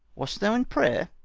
wast thou in prayer?